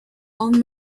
old